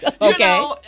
Okay